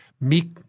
Meek